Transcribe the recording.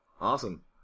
Awesome